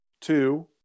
Two